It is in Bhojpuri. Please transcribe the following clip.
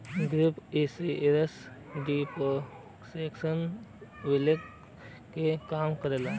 गैप इंश्योरेंस डेप्रिसिएशन वैल्यू क कम करला